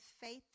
Faith